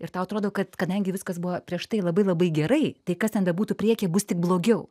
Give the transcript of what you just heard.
ir tau atrodo kad kadangi viskas buvo prieš tai labai labai gerai tai kas ten bebūtų priekyje bus tik blogiau